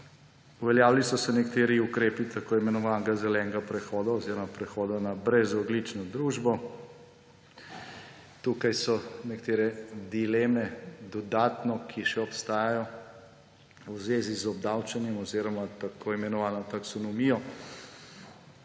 Uveljavili so se nekateri ukrepi tako imenovanega zelenega prehoda oziroma prehoda na brezogljično družbo. Tukaj so nekatere dileme dodatno, ki še obstajajo v zvezi z obdavčenjem oziroma tako imenovano taksonomijo,